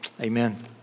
Amen